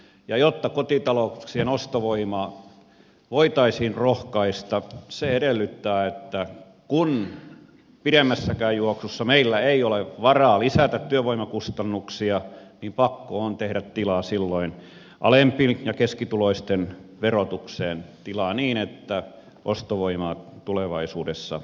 jotta kotitalouksien ostovoimaa voitaisiin rohkaista se edellyttää että kun pidemmässäkään juoksussa meillä ei ole varaa lisätä työvoimakustannuksia niin pakko on tehdä tilaa silloin alempi ja keskituloisten verotukseen tilaa niin että ostovoimaa tulevaisuudessa on